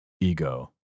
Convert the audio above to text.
ego